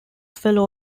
fellow